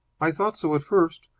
i thought so at first.